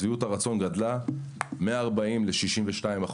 שביעות הרצון גדלה מ-40% ל-62%.